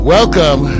Welcome